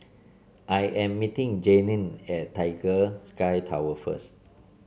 I am meeting Jayne at Tiger Sky Tower first